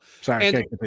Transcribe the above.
sorry